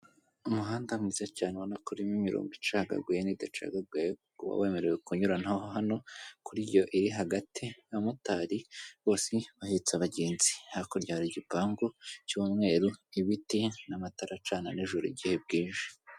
Umuhanda mwiza cyane ubona ko urimo imirongo icagaguye n'idacagagaye uba wemerewe kunyurana hano kuriya iri hagati abamotari bose bahetse abagenzi, hakurya hari igipangu cy'umweru, ibiti n'amatara acana n'ijoro igihe bwije.